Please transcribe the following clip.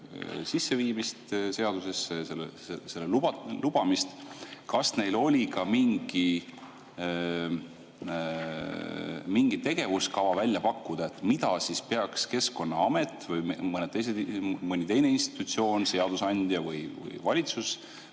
sisseviimist seadusesse, selle lubamist, oli ka mingi tegevuskava välja pakkuda, mida siis peaks Keskkonnaamet või mõni teine institutsioon, seadusandja või valitsus